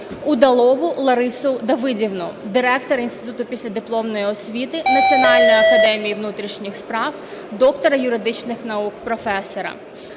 Удалову Ларису Давидівну, директора Інституту післядипломної освіти Національної академії внутрішніх справ, доктора юридичних наук, професора.